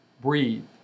Breathe